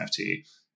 NFT